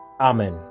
Amen